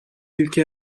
ülke